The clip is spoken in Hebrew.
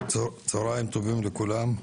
שלום לכולם.